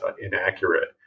inaccurate